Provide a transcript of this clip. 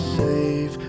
save